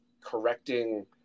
correcting